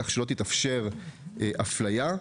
כך שלא תתאפשר הפליה.